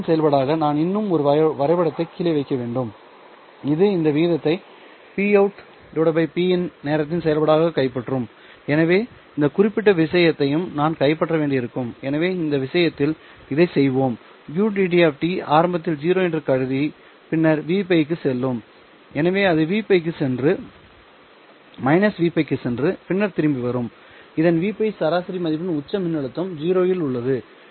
நேரத்தின் செயல்பாடாக நான் இன்னும் ஒரு வரைபடத்தை கீழே வைக்க வேண்டும் இது இந்த விகிதத்தை Pout Pin ஐ நேரத்தின் செயல்பாடாகக் கைப்பற்றும் எனவே இந்த குறிப்பிட்ட விஷயத்தையும் நான் கைப்பற்ற வேண்டியிருக்கும் எனவே இந்த விஷயத்தில் இதைச் செய்வோம் ud ஆரம்பத்தில் 0 என்று கருதி பின்னர் Vπ க்கு செல்லும் எனவே அது Vπ க்குச் சென்று Vπ க்குச் சென்று பின்னர் திரும்பி வரும் இதன் Vπ சராசரி மதிப்பின் உச்ச மின்னழுத்தம் 0 இல் உள்ளது